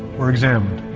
were examined